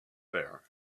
there